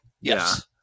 Yes